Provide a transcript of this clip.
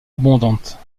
abondante